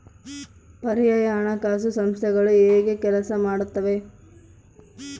ಪರ್ಯಾಯ ಹಣಕಾಸು ಸಂಸ್ಥೆಗಳು ಹೇಗೆ ಕೆಲಸ ಮಾಡುತ್ತವೆ?